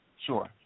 Sure